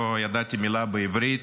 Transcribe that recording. לא ידעתי מילה בעברית.